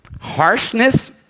harshness